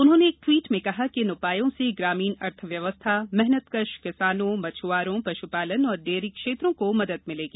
उन्होंने एक ट्वीट में कहा कि इन उपायों से ग्रामीण अर्थव्यवस्था मेहनतकश किसानों मछ्आरों पश्पालन और डेयरी क्षेत्रों को मदद मिलेगी